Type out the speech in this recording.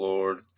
Lord